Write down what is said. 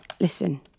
Listen